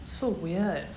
so weird